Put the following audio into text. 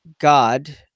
God